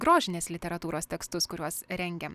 grožinės literatūros tekstus kuriuos rengiam